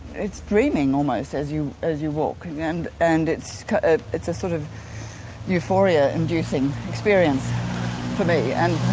it's dreaming almost as you as you walk, and and it's it's a sort of euphoria-inducing experience for me. and